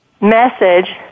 message